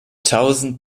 tausenden